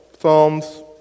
Psalms